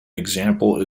example